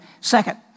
Second